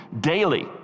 daily